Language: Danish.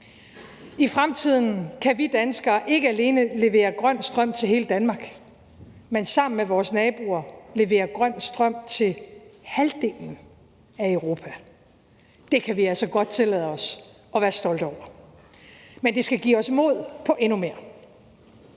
I fremtiden kan vi danskere ikke alene levere grøn strøm til hele Danmark, men sammen med vores naboer levere grøn strøm til halvdelen af Europa. Det kan vi altså godt tillade os at være stolte over. Men det skal give os mod på endnu mere.